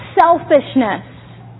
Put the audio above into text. selfishness